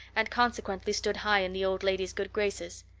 and consequently stood high in the old lady's good graces.